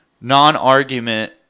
non-argument